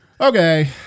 Okay